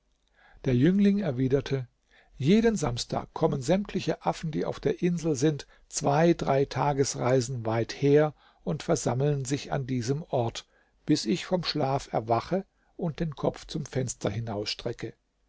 der jüngling erwiderte jeden samstag kommen sämtliche affen die auf der insel sind zwei drei tagesreisen weit her und versammeln sich an diesem ort bis ich vom schlaf erwache und den kopf zum fenster